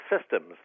systems